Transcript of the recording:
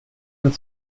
and